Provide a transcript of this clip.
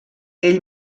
ell